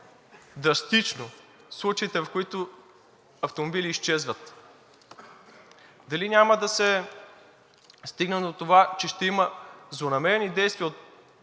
драстично, случаите в които автомобили изчезват? Дали няма да се стигне до това, че ще има злонамерени действия от